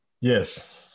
Yes